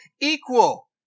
equal